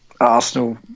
Arsenal